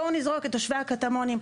בואו נזרוק את תושבי הקטמונים.